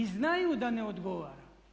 I znaju da ne odgovara.